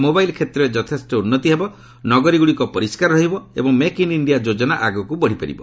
mobile କ୍ଷେତ୍ରରେ ଯଥେଷ୍ଟ ଉନ୍ନତି ହେବ ନଗରୀଗୁଡ଼ିକ ପରିସ୍କାର ରହିବ ଏବଂ ମେକ୍ ଇନ୍ ଇଣ୍ଡିଆ ଯୋଜନା ଆଗକୁ ବଡ଼ି ପାରିବ